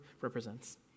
represents